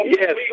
Yes